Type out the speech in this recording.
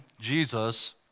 Jesus